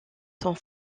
sont